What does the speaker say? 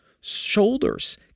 Shoulders